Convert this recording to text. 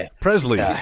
Presley